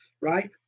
right